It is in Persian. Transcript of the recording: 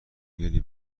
گلی